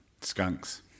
Skunks